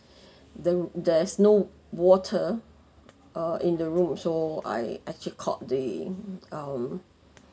the there is no water uh in the room so I actually called the um